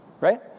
Right